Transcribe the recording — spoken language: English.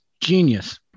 genius